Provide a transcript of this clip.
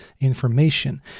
information